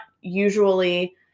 usually